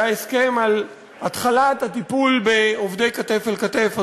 היה הסכם על התחלת הטיפול בעובדי כתף אל כתף,